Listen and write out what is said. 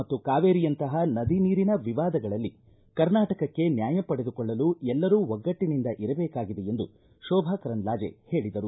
ಮಹದಾಯಿ ಮತ್ತು ಕಾವೇರಿಯಂತಹ ನದಿ ನೀರಿನ ವಿವಾದಗಳಲ್ಲಿ ಕರ್ನಾಟಕಕ್ಕೆ ನ್ಯಾಯ ಪಡೆದುಕೊಳ್ಳಲು ಎಲ್ಲರೂ ಒಗ್ಗಟ್ಟನಿಂದ ಇರಬೇಕಾಗಿದೆ ಎಂದು ಶೋಭಾ ಕರಂದ್ಲಾಜೆ ಹೇಳದರು